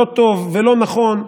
לא טוב ולא נכון,